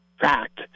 fact